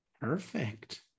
Perfect